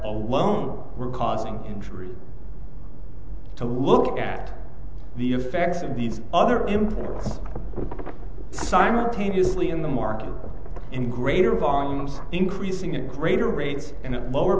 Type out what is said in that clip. alone were causing injury to look at the effects of these other imports simultaneously in the market and greater violence increasing at greater rates and at lower